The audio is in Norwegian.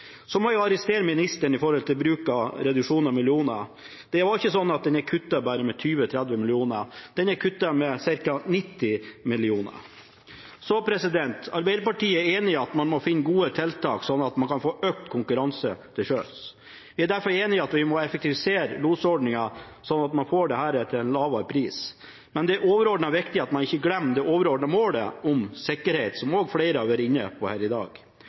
Så må jeg arrestere ministeren når det gjelder reduksjon av millioner. Det var ikke sånn at det bare er kuttet 20–30 mill. kr, det er kuttet ca. 90 mill. kr. Arbeiderpartiet er enig i at man må finne gode tiltak, sånn at man kan få økt konkurranse til sjøs. Derfor er jeg enig i at vi må effektivisere losordningen, sånn at man får dette til en lavere pris. Men det er overordnet viktig at man ikke glemmer det overordnede målet om sikkerhet, som også flere har vært inne på her i dag.